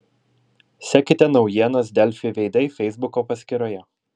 sekite naujienas delfi veidai feisbuko paskyroje